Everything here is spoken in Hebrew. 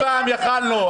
הפעם יכולנו,